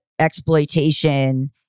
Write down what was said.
exploitation